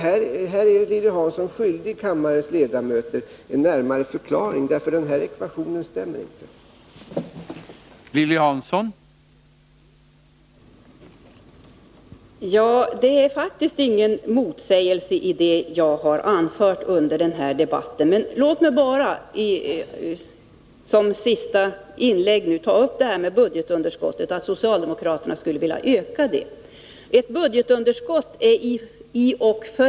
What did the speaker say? Här är Lilly Hansson skyldig kammarens ledamöter en närmare förklaring. Den ekvationen stämmer nämligen inte.